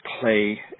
play